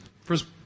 first